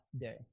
day